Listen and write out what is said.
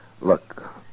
Look